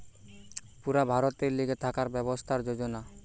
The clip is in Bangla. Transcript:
পুরা ভারতের লিগে থাকার ব্যবস্থার যোজনা